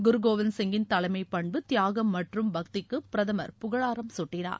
குருகோவிந்த் சிங்கின் தலைமை பண்பு தியாகம் மற்றும் பக்திக்கு பிரதமர் புகழாரம் சூட்டினார்